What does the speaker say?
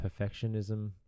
perfectionism